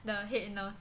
the head nurse